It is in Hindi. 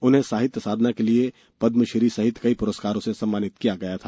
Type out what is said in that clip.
उन्हें साहित्य साधना के लिए पद्मश्री सहित कई पुरस्कारों से सम्मानित किया गया था